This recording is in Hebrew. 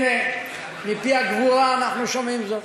הנה, מפי הגבורה אנחנו שומעים זאת.